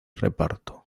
reparto